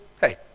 hey